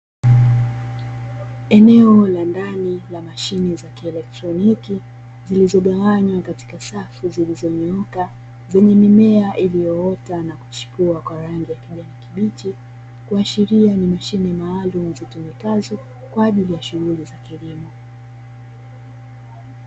Eneo la ndani la mashine za kielektroniki zilizoganywa katika safu zilizonyooka zenye mimea iliyoota na kuchipua kwa rangi ya kijani kibichi, kuashiria ni mashine maalumu zitumikazo kwa ajili ya shughuli za kilimo .